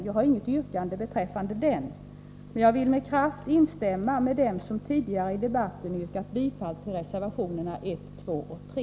Jag har inget yrkande beträffande den. Men jag vill med kraft instämma med dem som tidigare i debatten yrkat bifall till reservationerna 1, 2 och 3.